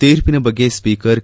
ತೀರ್ಪಿನ ಬಗ್ಗೆ speaker K